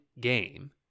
game